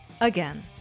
Again